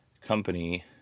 company